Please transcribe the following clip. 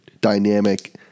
dynamic